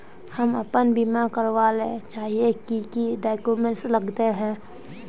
हम अपन बीमा करावेल चाहिए की की डक्यूमेंट्स लगते है?